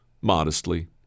modestly